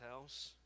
house